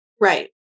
Right